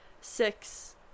Six